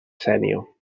sénia